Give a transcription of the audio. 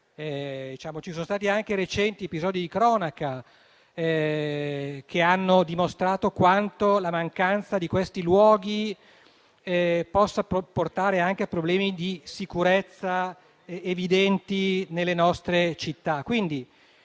Infatti, anche recenti episodi di cronaca hanno dimostrato quanto la mancanza di questi luoghi possa portare anche a problemi di sicurezza evidenti nelle nostre città.